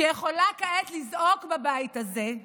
שיכולה כעת לזעוק בבית הזה,